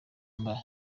mba